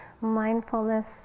mindfulness